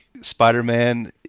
Spider-Man